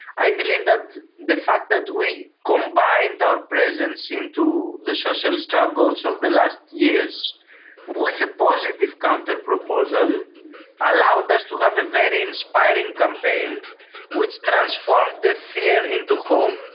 i believe that the fact that we combined our presence into the social struggles of the last years with a positive counterproposal um allowed us to have a very inspiring campaign which transformed the fear into hope.